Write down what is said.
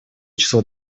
число